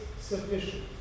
sufficient